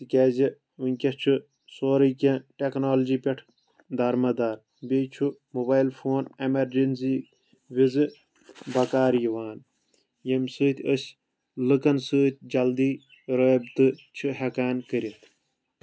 تِکیازِ ؤنٛکیٚس چھُ سورُے کینٛہہ ٹیٚکنالوجی پٮ۪ٹھ درمدار بیٚیہِ چھُ موبایِل فون ایٚمرجنٛسی وِزِ بکار یِوان ییٚمہِ سۭتۍ أسۍ لٕکن سۭتۍ جلدی رٲبطہٕ چھٕ ہٮ۪کان کٔرِتھ